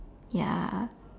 ya